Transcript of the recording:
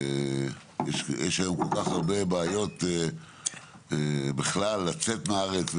יש היום כל כך הרבה בעיות לצאת מהארץ,